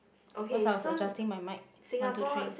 cause I was adjusting my mic one two three